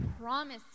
promise